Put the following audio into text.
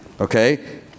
Okay